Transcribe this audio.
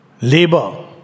labor